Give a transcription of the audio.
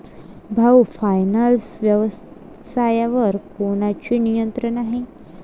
भाऊ फायनान्स व्यवसायावर कोणाचे नियंत्रण आहे?